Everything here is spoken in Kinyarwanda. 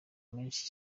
menshi